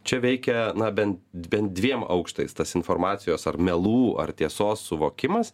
čia veikia na bent bent dviem aukštais tas informacijos ar melų ar tiesos suvokimas